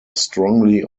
strongly